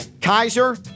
Kaiser